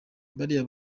bariya